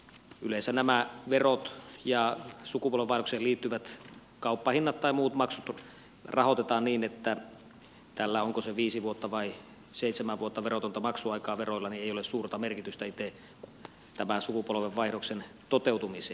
yleensä nämä verot ja sukupolvenvaihdokseen liittyvät kauppahinnat tai muut maksut rahoitetaan niin että tällä onko se viisi vuotta vai seitsemän vuotta korotonta maksuaikaa veroilla ei ole suurta merkitystä itse tämän sukupolvenvaihdoksen toteutumiseen